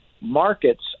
markets